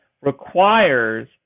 requires